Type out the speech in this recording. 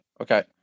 Okay